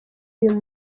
uyu